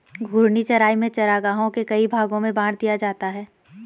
घूर्णी चराई में चरागाहों को कई भागो में बाँट दिया जाता है